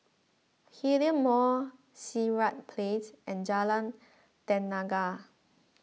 Hillion Mall Sirat Place and Jalan Tenaga